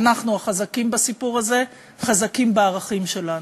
אנחנו החזקים בסיפור הזה, חזקים בערכים שלנו.